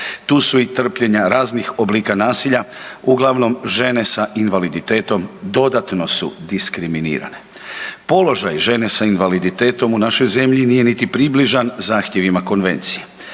tu su i trpljenja raznih oblika nasilja uglavnom žene sa invaliditetom dodatno su diskriminirane. Položaj žene sa invaliditetom nije niti približan zahtjevima konvencije.